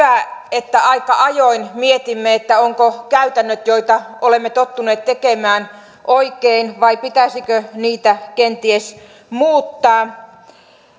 että aika ajoin mietimme ovatko käytännöt joita olemme tottuneet noudattamaan oikein vai pitäisikö niitä kenties muuttaa